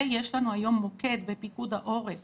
ויש לנו היום מוקד בפיקוד העורף